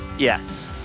Yes